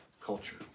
culture